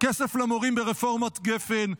כסף למורים ברפורמת גפ"ן,